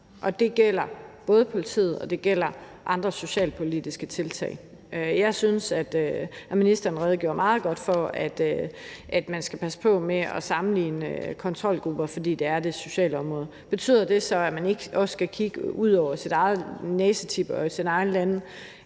det gælder både for politiet og for andre socialpolitiske tiltag. Jeg synes, ministeren redegjorde meget godt for, at man skal passe på med at sammenligne kontrolgrupper, fordi det er det sociale område. Betyder det så, at man ikke også skal kunne se ud over sin egen næsetip og kigge på andre